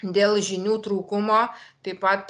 dėl žinių trūkumo taip pat